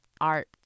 art